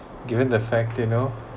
given the fact you know